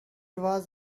was